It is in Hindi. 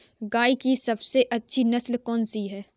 गाय की सबसे अच्छी नस्ल कौनसी है?